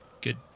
Good